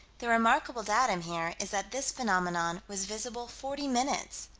the remarkable datum here is that this phenomenon was visible forty minutes.